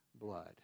blood